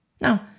Now